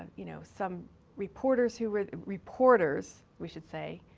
you know, some reporters who were reporters, we should say,